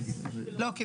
אני